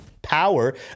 power